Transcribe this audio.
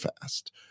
fast